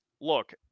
look